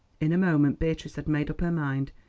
in a moment beatrice had made up her mind.